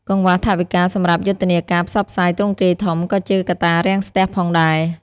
កង្វះថវិកាសម្រាប់យុទ្ធនាការផ្សព្វផ្សាយទ្រង់ទ្រាយធំក៏ជាកត្តារាំងស្ទះផងដែរ។